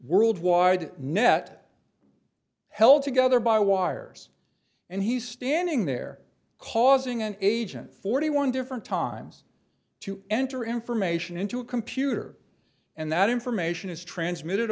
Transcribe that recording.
world wide net held together by wires and he's standing there causing an agent forty one different times to enter information into a computer and that information is transmitted